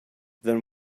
then